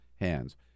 hands